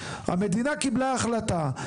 המדינה קיבלה החלטה,